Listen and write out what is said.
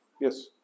yes